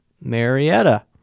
Marietta